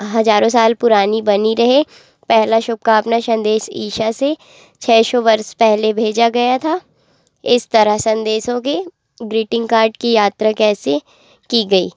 हजारों साल पुरानी बनी रहे पहला शुभकामना संदेश ईशा से छः सौ वर्ष पहले भेजा गया था इस तरह संदेशों के ग्रीटिंग कार्ड की यात्रा कैसे की गई